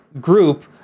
group